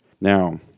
Now